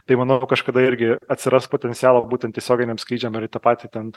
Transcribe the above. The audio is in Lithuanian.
tai manau kažkada irgi atsiras potencialo būtent tiesioginiam skrydžiam ir į tą patį ten